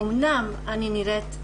אמנם אני נראית,